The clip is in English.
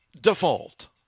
Default